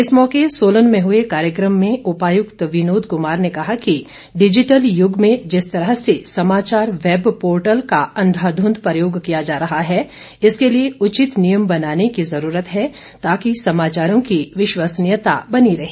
इस मौके सोलन में हुए कार्यक्रम में सोलन के उपायुक्त विनोद कुमार ने कहा कि डिजिटल युग में जिस तरह से समाचार वेब पोर्टल का अंधाध्ंध प्रयोग किया जा रहा है इसके लिए उचित नियम बनाने की जरूरत है ताकि समाचारों की विश्वसनीयता बनी रही